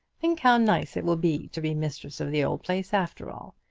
think how nice it will be to be mistress of the old place after all.